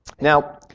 Now